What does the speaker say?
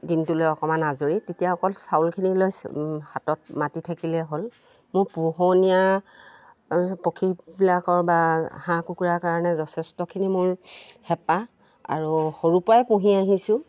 দিনটোলৈ অকণমান আজৰি তেতিয়া অকল চাউলখিনি লৈ হাতত মাতি থাকিলেই হ'ল মোৰ পোহনীয়া পক্ষীবিলাকৰ বা হাঁহ কুকুৰাৰ কাৰণে যথেষ্টখিনি মোৰ হেঁপাহ আৰু সৰুৰপৰাই পুহি আহিছোঁ